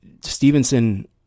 Stevenson